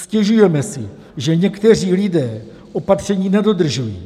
Stěžujeme si, že někteří lidé opatření nedodržují.